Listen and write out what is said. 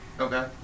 Okay